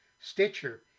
Stitcher